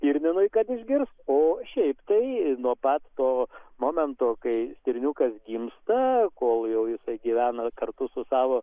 stirninui kad išgirs o šiaip tai nuo pat to momento kai stirniukas gimsta kol jau jisai gyvena kartu su savo